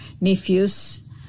nephews